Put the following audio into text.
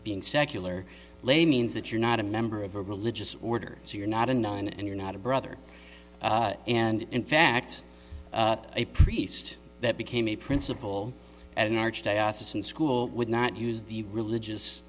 being secular lay means that you're not a member of a religious order so you're not a nun and you're not a brother and in fact a priest that became a principal at an arch diocesan school would not use the religious